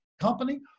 company